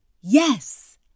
Yes